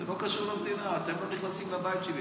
זה לא קשור למדינה, אתם לא נכנסים לבית שלי.